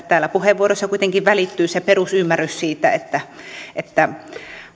täällä puheenvuoroissa kuitenkin välittyy se perusymmärrys siitä että että